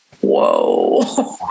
Whoa